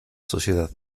sociedad